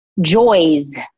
joys